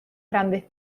grandes